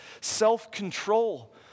self-control